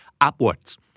upwards